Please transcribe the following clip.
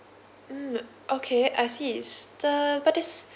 mm okay I see s~ the but is